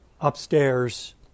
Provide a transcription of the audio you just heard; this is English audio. upstairs